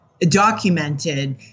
documented